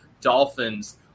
Dolphins